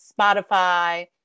Spotify